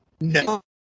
No